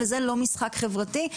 וזה לא משחק חברתי.